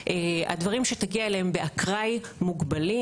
הדברים שתגיע אליהם באקראי מוגבלים.